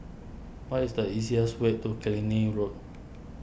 what is the easiest way to Killiney Road